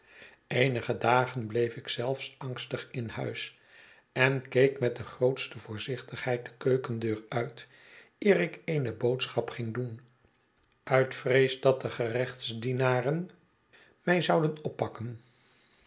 eenige dagen bleef ik zelfs angstig in huis en keek met de grootste voorzichtigheid de keukendeur uit eer ik eene boodschap ging doen uit vrees dat de gerechtsdienaren my zouden oppakken